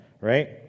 right